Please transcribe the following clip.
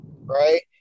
Right